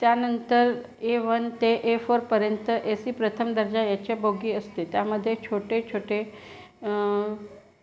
त्यानंतर A one ते A फोरपर्यंत ए सी प्रथम दर्जा याचे बोगी असते त्यामध्ये छोटे छोटे